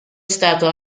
stato